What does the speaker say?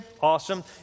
awesome